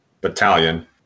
battalion